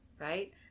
right